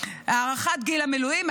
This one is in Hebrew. הארכת גיל המילואים,